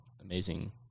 amazing